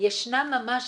ישנם ממש